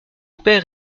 père